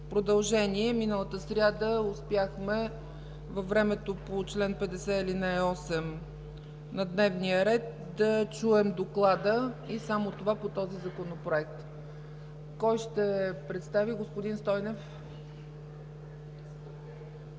продължение. Миналата сряда успяхме във времето по чл. 50, ал. 8 на дневния ред да чуем доклада, и само това по този Законопроект. Кой ще го представи? Господин Стойнев.